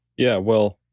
yeah, well,